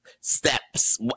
steps